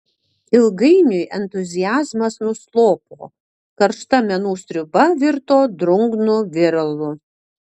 ilgainiui entuziazmas nuslopo karšta menų sriuba virto drungnu viralu